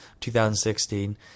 2016